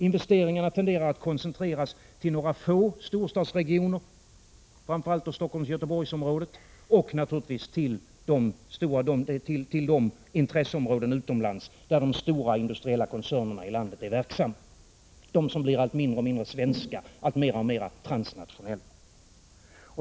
Investeringarna tenderar att koncentreras till några få storstadsregioner, framför allt Helsingforssoch Göteborgsområdet och naturligtvis till de intresseområden utomlands där de stora industriella koncernerna i landet är verksamma, de som blir allt mindre svenska och alltmer transnationella.